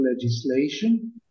legislation